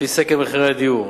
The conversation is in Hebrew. על-פי סקר מחירי הדיור.